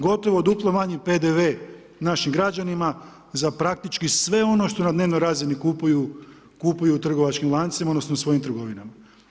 Gotovo duplo manji PDV-e našim građanima za praktički sve ono što na dnevnoj razini kupuju u trgovačkim lancima odnosno svojim trgovinama.